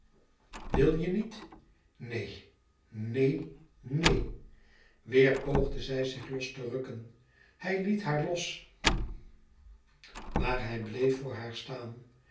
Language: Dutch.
wil je niet neen neen neen weêr poogde zij zich los te rukken hij liet haar los maar hij bleef voor haar staan